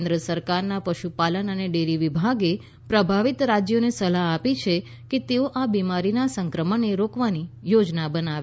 કેન્દ્ર સરકારના પશુપાલન અને ડેરી વિભાગે પ્રભાવિત રાજ્યોને સલાહ આપી છે કે તેઓ આ બીમારીના સંક્રમણને રોકવાની યોજના બનાવે